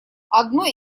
одно